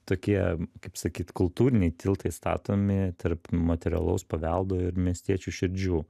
tokie kaip sakyt kultūriniai tiltai statomi tarp materialaus paveldo ir miestiečių širdžių